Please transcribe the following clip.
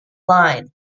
line